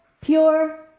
pure